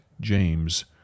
James